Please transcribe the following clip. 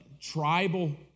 tribal